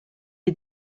est